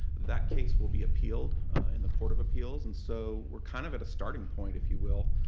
that case will be appealed in the court of appeals and so we're kind of at a starting point, if you will,